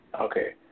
Okay